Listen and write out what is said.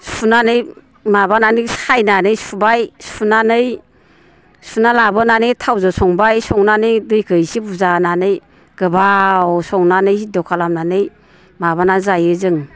सुनानै माबानानै सायनानै सुबाय सुनानै सुना लाबोनानै थावजों संबाय संनानै दैखो एसे बुरजा होनानै गोबाव संनानै हिद्य' खालामनानै माबाना जायो जों